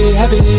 happy